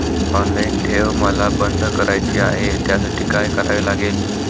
Online ठेव मला बंद करायची आहे, त्यासाठी काय करावे लागेल?